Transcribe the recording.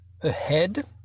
ahead